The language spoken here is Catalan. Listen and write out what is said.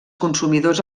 consumidors